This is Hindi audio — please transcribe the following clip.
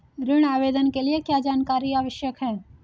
ऋण आवेदन के लिए क्या जानकारी आवश्यक है?